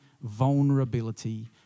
vulnerability